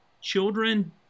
children